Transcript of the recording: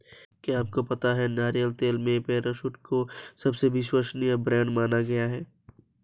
क्या आपको पता है नारियल तेल में पैराशूट को सबसे विश्वसनीय ब्रांड माना गया है?